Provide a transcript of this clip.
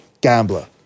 Gambler